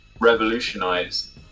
revolutionize